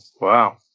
wow